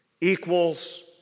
equals